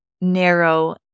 narrow